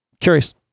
curious